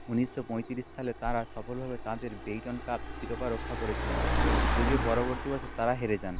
উনিশশো পঁয়ত্রিশ সালে তারা সফলভাবে তাদের বেটন কাপ শিরোপা রক্ষা করেছিলেন যদিও পরবর্তী বছর তারা হেরে যান